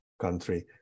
country